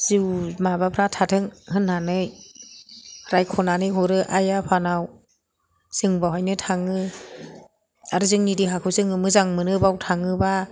जिउ माबाफ्रा थाथों होन्नानै रायख'नानै हरो आइ आफानाव जों बावहायनो थाङो आरो जोंनि देहाखौ जोङो मोजां मोनो बेयाव थाङोब्ला